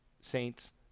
Saints